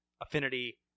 Affinity